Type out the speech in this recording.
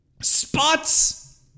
spots